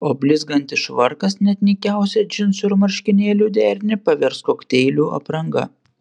o blizgantis švarkas net nykiausią džinsų ir marškinėlių derinį pavers kokteilių apranga